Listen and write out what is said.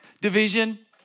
division